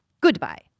goodbye